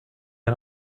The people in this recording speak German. ein